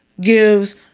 gives